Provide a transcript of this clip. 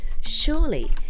Surely